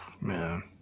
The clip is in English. Man